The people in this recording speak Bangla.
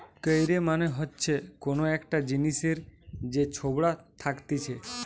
কৈর মানে হচ্ছে কোন একটা জিনিসের যে ছোবড়া থাকতিছে